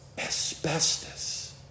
asbestos